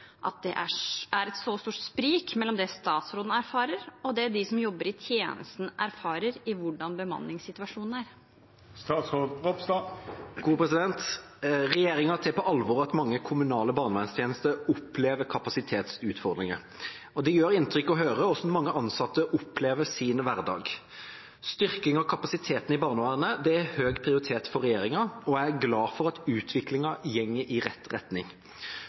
at det er et så stort sprik mellom det statsråden erfarer og det de som jobber i tjenesten erfarer i hvordan bemanningssituasjonen er?» Regjeringa tar på alvor at mange kommunale barnevernstjenester opplever kapasitetsutfordringer. Det gjør inntrykk å høre hvordan mange ansatte opplever sin hverdag. Styrking av kapasiteten i barnevernet har høy prioritet for regjeringa, og jeg er glad for at utviklingen går i riktig retning.